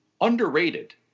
underrated